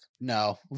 no